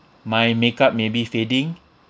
my makeup may be fading